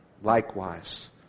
Likewise